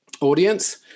audience